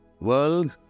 World